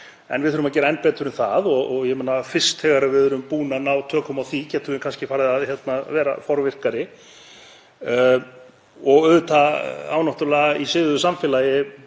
en við þurfum að gera enn betur en það. Þegar við erum búin að ná tökum á því gætum við kannski farið að vera forvirkari. Það á náttúrlega í siðuðu samfélagi